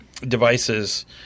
devices